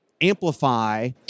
amplify